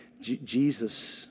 Jesus